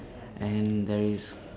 and there is